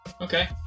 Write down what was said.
Okay